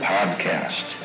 Podcast